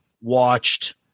watched